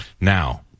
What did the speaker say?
Now